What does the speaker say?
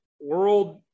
world